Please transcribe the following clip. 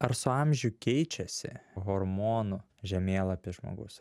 ar su amžiu keičiasi hormonų žemėlapis žmogaus